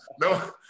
No